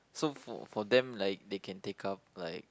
so for for them like they can take up like